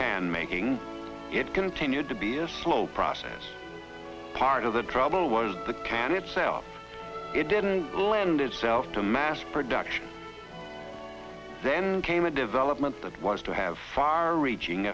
can making it continued to be a slow process part of the problem was the can itself it didn't lend itself to mass production then came a development that was to have far reaching